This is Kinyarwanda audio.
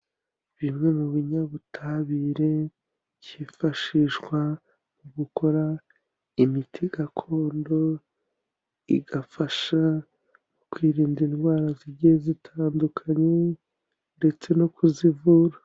Bimwe mu binyabutabire byifashishwa mu gukora imiti gakondo igafasha mu kwirinda indwara zigiye zitandukanye ndetse no kuzivura.